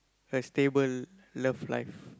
a stable love life